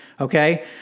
Okay